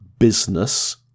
business